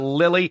lily